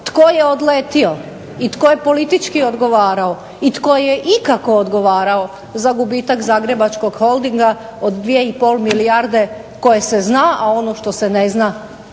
tko je odletio i tko je politički odgovarao i tko je ikako odgovarao za gubitak Zagrebačkog holdinga od 2,5 milijarde koje se zna, a ono što se ne zna